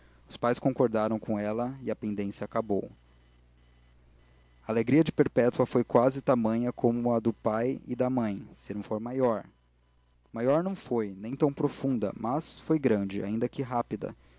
os pais concordaram com ela e a pendência acabou a alegria de perpétua foi quase tamanha como a do pai e da mãe se não maior maior não foi nem tão profunda mas foi grande ainda que rápida